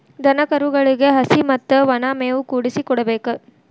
ದನಕರುಗಳಿಗೆ ಹಸಿ ಮತ್ತ ವನಾ ಮೇವು ಕೂಡಿಸಿ ಕೊಡಬೇಕ